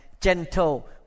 gentle